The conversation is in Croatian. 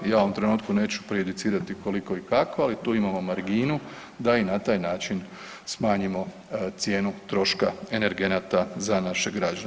Ja u ovom trenutku neću prejudicirati koliko ili kako, ali tu imamo marginu da i na taj način smanjimo cijenu troška energenata za naše građane.